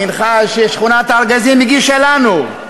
במנחה ששכונת הארגזים הגישה לנו,